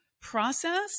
process